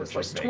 plus